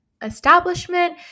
establishment